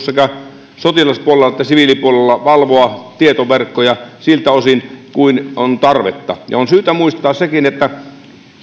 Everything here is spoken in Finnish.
sekä sotilaspuolella että siviilipuolella valvoa tietoverkkoja siltä osin kuin on tarvetta on syytä muistaa sekin kun